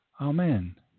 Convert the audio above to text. Amen